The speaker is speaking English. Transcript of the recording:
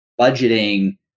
budgeting